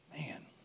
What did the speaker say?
Man